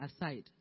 aside